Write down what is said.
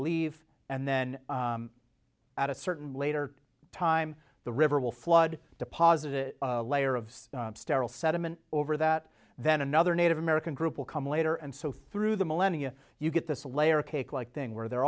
leave and then at a certain later time the river will flood deposited a layer of sterile sediment over that then another native american group will come later and so through the millennia you get this layer cake like thing where the